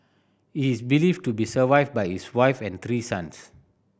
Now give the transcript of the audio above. he is believed to be survived by his wife and three sons